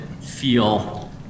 feel